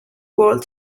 world